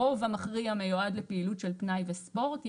הרוב המכריע מיועד לפעילות של פנאי וספורט.